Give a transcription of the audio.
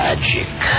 Magic